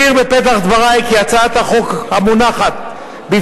מדינת ישראל נמצאת במצב של חירום,